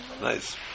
nice